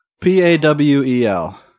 P-A-W-E-L